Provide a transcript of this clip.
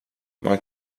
men